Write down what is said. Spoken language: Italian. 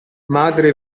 madre